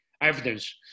evidence